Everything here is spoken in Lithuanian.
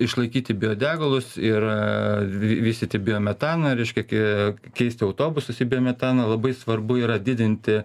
išlaikyti biodegalus ir vi vystyti biometana reiškia ki keisti autobusus į biometano labai svarbu yra didinti